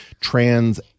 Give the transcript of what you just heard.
trans